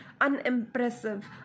unimpressive